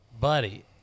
Buddy